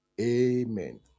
Amen